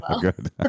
Good